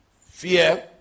Fear